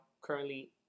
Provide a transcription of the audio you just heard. currently